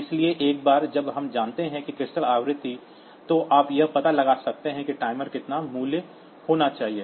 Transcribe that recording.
इसलिए एक बार जब हम जानते हैं कि क्रिस्टल आवृत्ति तो आप यह पता लगा सकते हैं कि टाइमर का कितना मूल्य होना चाहिए